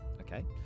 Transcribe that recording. okay